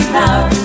power